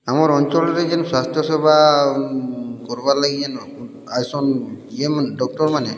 ଆମର୍ ଅଞ୍ଚଳରେ ଯେନ୍ ସ୍ୱାସ୍ଥ୍ୟସେବା କର୍ବାର୍ଲାଗି ଆଏସନ୍ ଯେନ୍ ଡକ୍ଟର୍ମାନେ